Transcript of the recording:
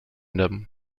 them